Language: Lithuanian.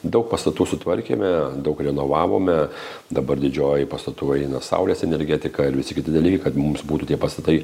daug pastatų sutvarkėme daug renovavome dabar didžioji pastatų eina saulės energetika ir visi kiti dalykai kad mums būtų tie pastatai